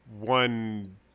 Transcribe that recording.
one